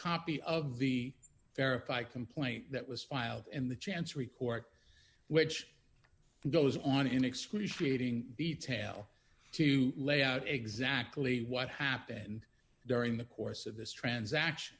copy of the verify complaint that was filed in the chancery court which goes on in excruciating detail to lay out exactly what happened during the course of this transaction